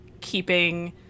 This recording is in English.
keeping